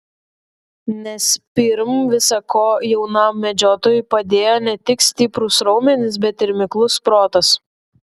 nes pirm visa ko jaunam medžiotojui padėjo ne tik stiprūs raumenys bet ir miklus protas